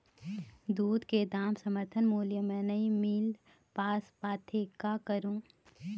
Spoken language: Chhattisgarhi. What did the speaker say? दूध के दाम समर्थन मूल्य म नई मील पास पाथे, का करों?